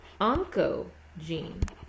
oncogene